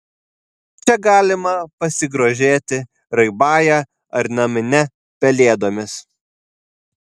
čia galima pasigrožėti raibąja ar namine pelėdomis